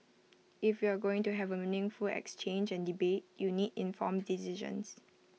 if you're going to have A meaningful exchange and debate you need informed decisions